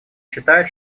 считает